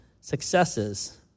successes